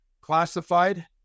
classified